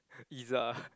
pizza